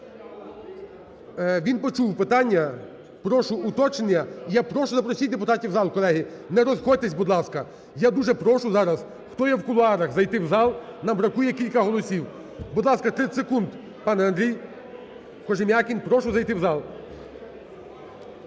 Він почув питання. Прошу уточнення. І я прошу: запросіть депутатів в зал, колеги. Не розходьтесь, будь ласка. Я дуже прошу зараз, хто є в кулуарах, зайти в зал. Нам бракує кілька голосів. Будь ласка, 30 секунд, пане Андрій Кожем'якін. Прошу зайти в зал.